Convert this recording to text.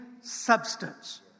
substance